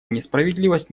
несправедливость